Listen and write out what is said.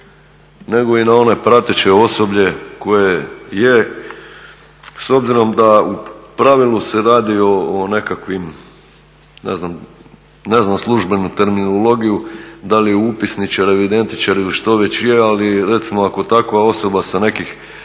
nego i na ono prateće osoblje koje je s obzirom da u pravilu se radi o nekakvim, ne znam službenu terminologiju, da li upisničar, evidentičar ili što već je, ali recimo ako takva osoba sa nekih